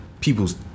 people's